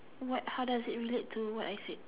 what how does it relate to what I said